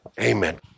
Amen